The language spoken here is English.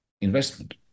investment